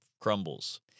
crumbles